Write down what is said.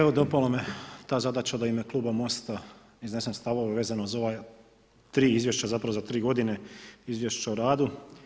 Evo dopala me ta zadaća da u ime kluba Most-a iznesem stavove vezano za ova tri izvješća zapravo za tri godine izvješća o radu.